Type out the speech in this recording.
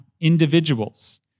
individuals